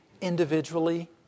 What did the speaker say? individually